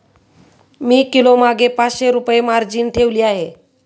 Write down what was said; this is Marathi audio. मी किलोमागे पाचशे रुपये मार्जिन ठेवली आहे